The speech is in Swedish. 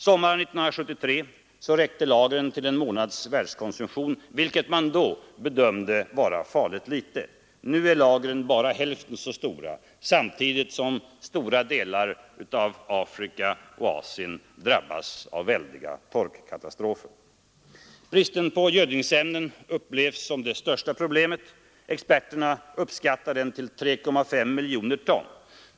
Sommaren 1973 räckte lagren till en månads världskonsumtion, vilket man då bedömde vara farligt litet. Nu är lagren bara hälften så stora, samtidigt som stora delar av Afrika och Asien drabbas av svåra torkkatastrofer. Bristen på gödningsämnen upp levs som det största problemet. Experterna uppskattar den till 3,5 miljoner ton.